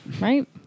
right